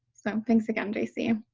so thanks again, j c.